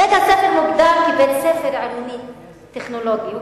בית-הספר מוגדר כבית-ספר עירוני טכנולוגי,